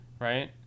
right